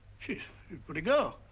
she's a pretty girl.